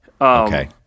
Okay